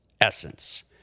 essence